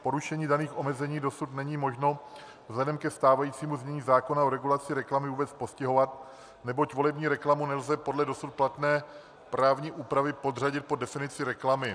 Porušení daných omezení dosud není možno vzhledem ke stávajícímu znění zákona o regulaci reklamy vůbec postihovat, neboť volební reklamu nelze podle dosud platné právní úpravy podřadit pod definici reklamy.